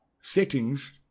Settings